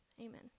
Amen